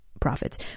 profits